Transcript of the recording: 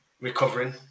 recovering